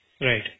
Right